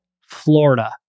Florida